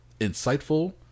insightful